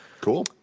cool